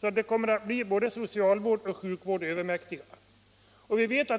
att de blir både socialvården och sjukvården övermäktiga.